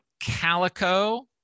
Calico